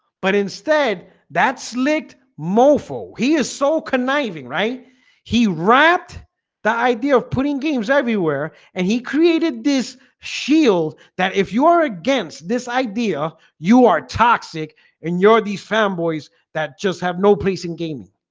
but instead that's licked mofo he is so conniving right he rapped the idea of putting games everywhere and he created this shield that if you are against this idea you are toxic and you're these fanboys that just have no place in gaming